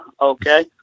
okay